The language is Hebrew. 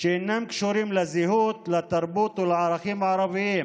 שאינם קשורים לזהות, לתרבות ולערכים הערביים